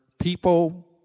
People